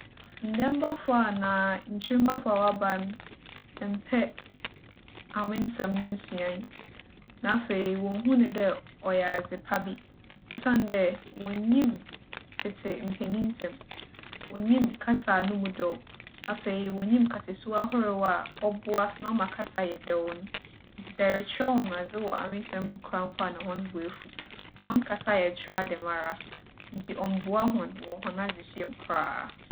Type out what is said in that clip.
Ndaambafo anaa nkyirmbafo a wͻaba no mmpɛ awensɛm no nsuae, na afei wonnhu no dɛ ͻyɛ adzepa bi osiandɛ wonnyim tsetse mpanyinsɛm. Wonnyim kasa a no mu dͻ, afei wonnyim kasasu ahorow a ͻboa na ͻma kasa yɛ dɛw no. Ntsi sɛ erekyerɛ hͻn adze wͻ awensɛm mu koraa mpo a na hͻn bo efuw. Hͻn kasaa yɛ traa dɛmara ntsi ͻmmboa hͻn wͻ hͻn adzesua mu koraa.